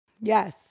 yes